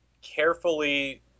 carefully